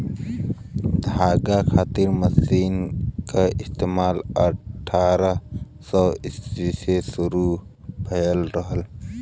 धागा खातिर मशीन क इस्तेमाल अट्ठारह सौ ईस्वी के बाद शुरू भयल रहल